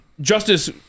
justice